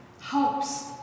hopes